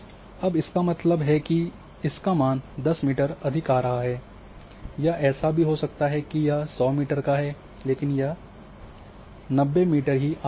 अब इसका मतलब है कि इसका मान 10 मीटर अधिक आ रहा है या ऐसा भी हो सकता है कि यह 100 मीटर का है लेकिन यह 90 मीटर आ रहा है